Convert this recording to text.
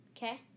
Okay